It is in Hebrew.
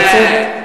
אני מבקש ממך לצאת,